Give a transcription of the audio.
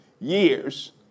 years